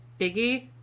Biggie